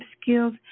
skills